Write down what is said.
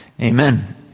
Amen